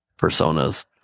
personas